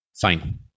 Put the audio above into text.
Fine